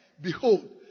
Behold